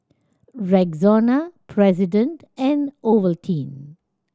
Rexona President and Ovaltine